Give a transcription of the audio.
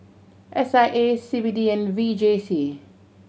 S I A C B D and V J C